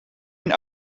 een